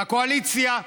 והקואליציה,